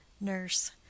Nurse